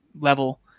level